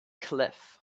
cliff